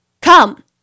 Come